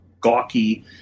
gawky